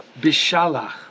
Bishalach